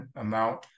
amount